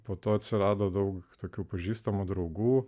po to atsirado daug tokių pažįstamų draugų